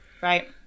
Right